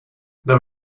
there